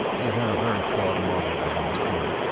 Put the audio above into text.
it had a very flawed model of what now is crime,